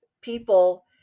people